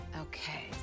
Okay